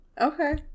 Okay